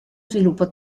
sviluppo